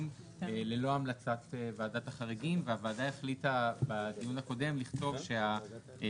ללא המלצת ועדת החריגים והוועדה החליטה בדיון הקודם לקבוע